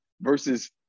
versus